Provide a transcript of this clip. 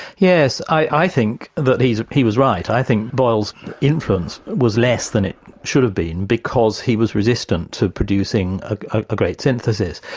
yes, i think that he was right. i think boyle's influence was less than it should have been because he was resistant to producing a great synthesis.